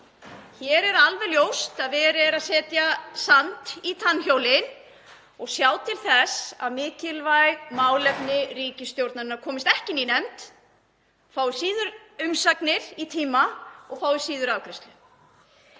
Hér er alveg ljóst að verið er að setja sand í tannhjólin og sjá til þess að mikilvæg málefni ríkisstjórnarinnar komist ekki inn í nefnd, fái síður umsagnir í tíma og fái síður afgreiðslu.